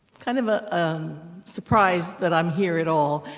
kind of a surprise that i'm here at all,